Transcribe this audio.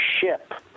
ship